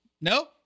No